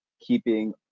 keeping